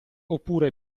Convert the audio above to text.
oppure